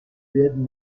werden